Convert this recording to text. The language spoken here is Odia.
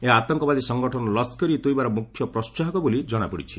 ଏହା ଆତଙ୍କବାଦୀ ସଂଗଠନ ଲସ୍କରେ ଇ ତୋଇବାର ମୁଖ୍ୟ ପ୍ରୋସାହକ ବୋଲି ଜଣାପଡ଼ିଛି